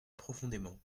profondément